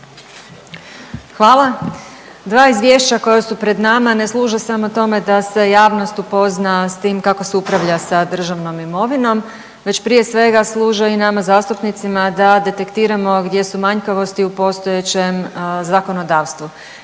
Hvala. Dva izvješća koja su pred nama ne služe samo tome da se javnost upozna s tim kako se upravlja sa državnom imovinom već prije svega služe i nama zastupnicima da detektiramo gdje su manjkavosti u postojećem zakonodavstvu.